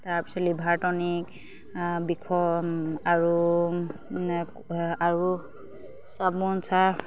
তাৰপিছত liver tonic বিষৰ আৰু আৰু চাবোন চাৰ্ফ